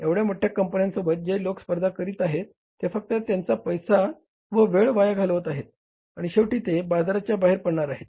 एवढ्या मोठ्या कंपन्यांसोबत जे लोक स्पर्धा करत आहेत ते फक्त त्यांचा पैसा व वेळ वाया घालवत आहेत आणि शेवटी ते बाजाराच्या बाहेर पडणार आहेत